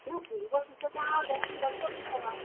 न पूर्वसूचनां वयं दत्तवन्तः